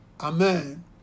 Amen